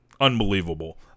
unbelievable